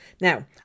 Now